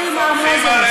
מרב,